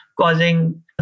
causing